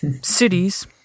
cities